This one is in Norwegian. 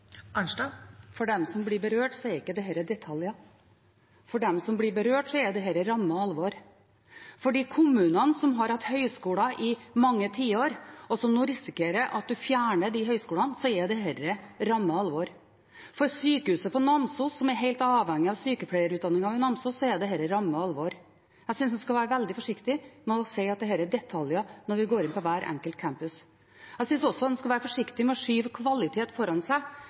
Arnstad – til oppfølgingsspørsmål. For dem som blir berørt, er ikke dette detaljer. For dem som blir berørt, er dette ramme alvor. For de kommunene som har hatt høyskole i mange tiår, og som nå risikerer at man fjerner disse høyskolene, er dette ramme alvor. For sykehuset på Namsos, som er helt avhengig av sykepleierutdanningen på Namsos, er dette ramme alvor. Jeg synes en skal være veldig forsiktig med å si at dette er detaljer, når vi går inn på hver enkelt campus. Jeg synes også en skal være forsiktig med å skyve kvalitet foran seg,